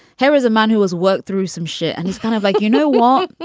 here is a man who has worked through some shit and he's kind of like, you know what?